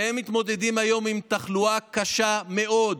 והם מתמודדים היום עם תחלואה קשה מאוד: